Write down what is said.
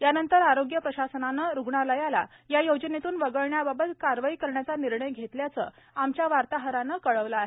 यानंतर आरोग्य प्रशासनानं रुग्णालयाला या योजनेतून वगळण्याबाबत कारवाई करायचा निर्णय घेतल्याचं आमच्या वार्ताहरानं कळवलं आहे